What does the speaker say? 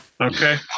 Okay